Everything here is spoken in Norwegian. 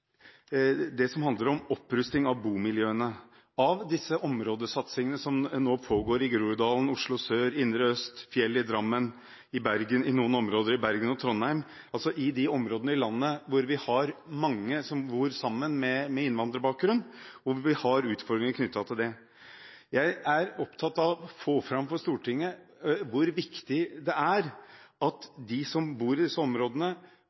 det som handler om opprusting av bomiljøene, om disse områdesatsingene som nå pågår i Groruddalen, Oslo Sør, Indre Øst, Fjell i Drammen, i noen områder i Bergen og Trondheim – altså i de områdene i landet hvor vi har mange med innvandrerbakgrunn som bor sammen, og hvor vi har utfordringer knyttet til det. Jeg er opptatt av å få fram for Stortinget hvor viktig det er at de som bor i disse områdene,